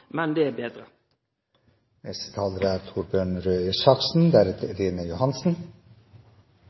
men det er betre.